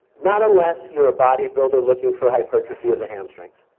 not unless you're a bodybuilder looking for hypertrophy of the hamstrings.